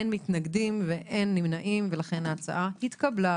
אין מתנגדים ואין נמנעים ולכן ההצעה התקבלה.